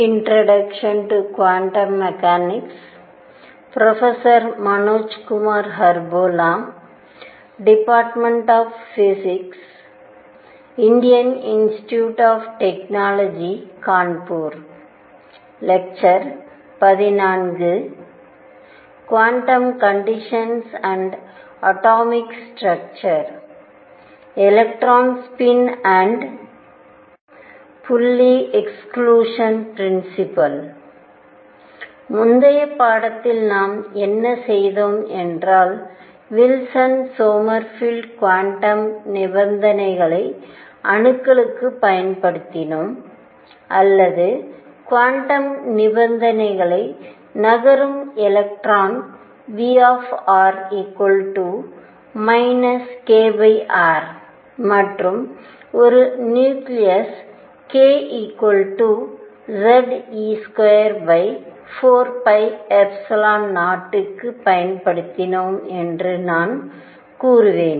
conditions and atomic structures electron spin and Pauli exclusion principle முந்தைய படத்தில் நாம் என்ன செய்தோம் என்றால் வில்சன் சோமர்ஃபெல்ட் குவாண்டம் நிபந்தனைகளை அணுக்களுக்குப் பயன்படுத்தினோம் அல்லது குவாண்டம் நிபந்தனைகளை நகரும் எலக்ட்ரான் Vr kr மற்றும் ஒரு நியூக்ளியஸ் k Ze24π0 க்கு பயன்படுத்தினோம் என்று நான் கூறுவேன்